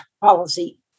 policy